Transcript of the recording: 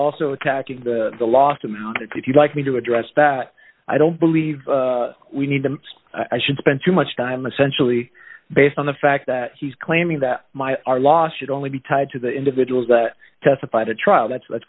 also attacking the last of the if you like me to address that i don't believe we need them i should spend too much time essentially based on the fact that he's claiming that my our loss should only be tied to the individuals that testified a trial that